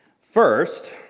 First